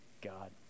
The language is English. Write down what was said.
God